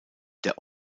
der